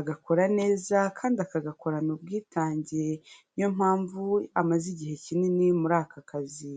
agakora neza kandi akagakorana ubwitange niyo mpamvu amaze igihe kinini muri aka kazi.